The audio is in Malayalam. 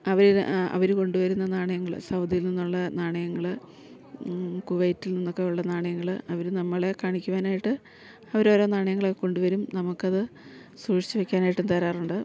അവർ അവർ കൊണ്ടു വരുന്ന നാണയങ്ങൾ സൗദിയിൽ നിന്നുള്ള നാണയങ്ങൾ കുവൈറ്റിൽ നിന്നൊക്കെ ഉള്ള നാണയങ്ങൾ അവർ നമ്മളെ കാണിക്കുവാനായിട്ട് അവരോരോ നാണയങ്ങളൊക്കെ കൊണ്ടു വരും നമുക്കത് സൂക്ഷിച്ചു വെക്കാനായിട്ടും തരാറുണ്ട്